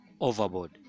overboard